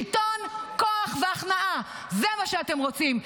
שלטון, כוח והכנעה, זה מה שאתם רוצים.